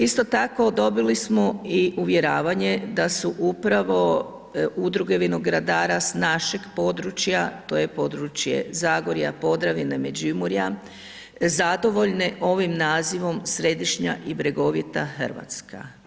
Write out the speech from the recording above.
Isto tako dobili smo i uvjeravanje da su upravo udruge vinogradara sa našeg područja, to je područje Zagorja, Podravine, Međimurja zadovoljne ovim nazivom središnja i bregovita Hrvatska.